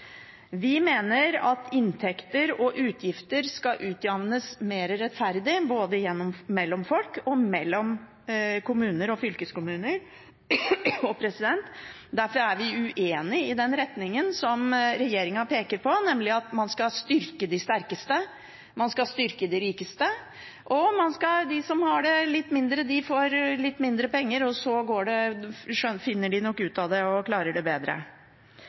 Vi mener at inntekter og utgifter skal utjevnes mer rettferdig, både mellom folk og mellom kommuner og fylkeskommuner. Derfor er vi uenig i den retningen som regjeringen peker på, nemlig at man skal styrke de sterkeste, man skal styrke de rikeste, og de som har litt mindre, får litt mindre penger, og så finner de nok ut av det og klarer det bedre.